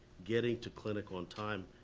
getting to clinic on time,